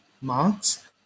marks